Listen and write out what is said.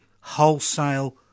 wholesale